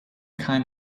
kind